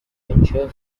venture